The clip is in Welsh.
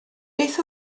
beth